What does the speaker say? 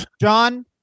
John